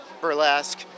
burlesque